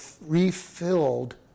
refilled